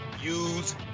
use